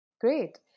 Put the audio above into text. Great